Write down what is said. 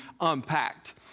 unpacked